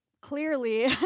clearly